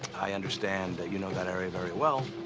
i understand that you know that area very well,